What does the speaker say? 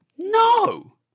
No